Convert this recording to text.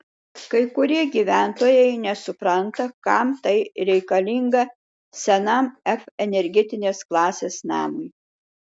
kai kurie gyventojai nesupranta kam tai reikalinga senam f energinės klasės namui